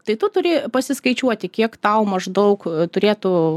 tai tu turi pasiskaičiuoti kiek tau maždaug turėtų